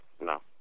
no